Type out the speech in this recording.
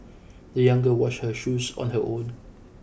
the young girl washed her shoes on her own